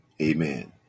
Amen